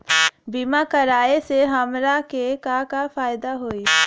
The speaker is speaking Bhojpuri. बीमा कराए से हमरा के का फायदा होई?